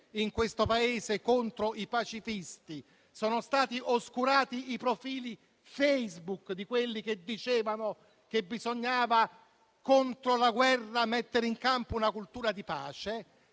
di proscrizione contro i pacifisti; sono stati oscurati i profili Facebook di quelli che dicevano che contro la guerra bisognava mettere in campo una cultura di pace.